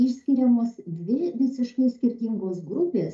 išskiriamos dvi visiškai skirtingos grupės